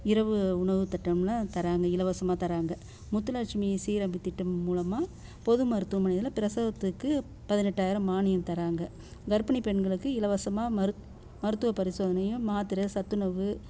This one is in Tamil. இரவு உணவு திட்டம்லாம் தராங்க இலவசமாக தராங்க முத்துலட்சுமி சீரமைப்பு திட்டம் மூலமாக பொது மருத்துவமனையில பிரசவத்துக்கு பதினெட்டாயிரம் மானியம் தராங்க கர்ப்பிணி பெண்களுக்கு இலவசமா மருத் மருத்துவ பரிசோதனையும் மாத்திர சத்துணவு